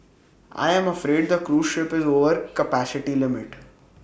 I am afraid the cruise ship is over capacity limit